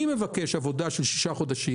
אני מבקש עבודה של שישה חודשים.